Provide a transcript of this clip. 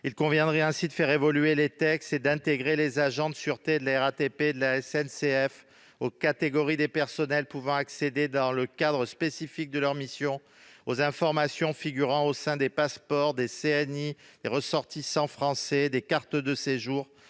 Il conviendrait ainsi de faire évoluer les textes et d'intégrer les agents de sûreté de la RATP et de la SNCF aux catégories de personnels pouvant accéder, dans le cadre spécifique de leur mission, aux informations figurant au sein des passeports, des cartes nationales d'identité des ressortissants français et des cartes de séjour,